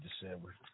December